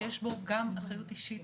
שיש בו גם אחריות אישית,